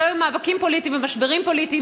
שלא יהיו מאבקים פוליטיים ומשברים פוליטיים